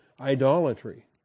idolatry